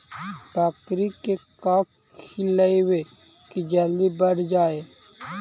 बकरी के का खिलैबै कि जल्दी बढ़ जाए?